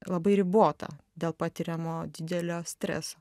labai ribota dėl patiriamo didelio streso